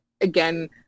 again